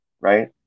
right